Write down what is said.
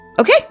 Okay